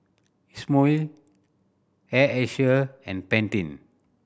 Isomil Air Asia and Pantene